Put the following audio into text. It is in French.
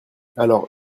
alors